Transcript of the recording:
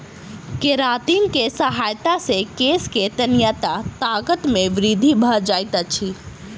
keratin के सहायता से केश के तन्यता ताकत मे वृद्धि भ जाइत अछि